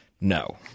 no